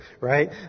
Right